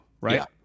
right